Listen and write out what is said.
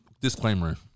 disclaimer